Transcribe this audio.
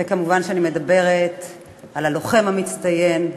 וכמובן אני מדברת על הלוחם המצטיין,